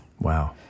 Wow